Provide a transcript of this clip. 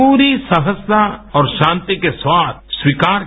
पूरी सहजता और शांति के साथ स्वीकार किया